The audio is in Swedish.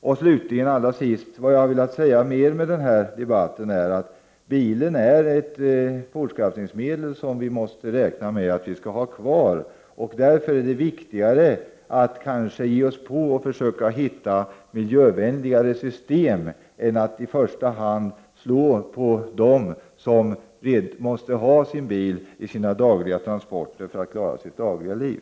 Vad jag till sist har velat säga ytterligare i den här debatten är att vi måste räkna med att bilen är ett fortskaffningsmedel som vi skall ha kvar. Därför är det viktigare att försöka hitta miljövänligare system än att i första hand slå mot dem som måste ha sin bil för sina dagliga transporter, för att kunna klara sitt dagliga liv.